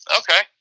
okay